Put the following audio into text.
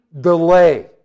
delay